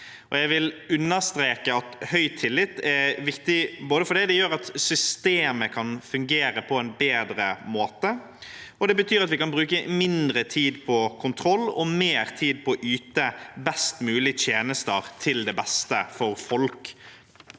Jeg vil understreke at høy tillit er viktig både fordi det gjør at systemet kan fungere på en bedre måte, og fordi det betyr at vi kan bruke mindre tid på kontroll og mer tid på å yte best mulig tjenester til beste for folk.